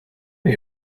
you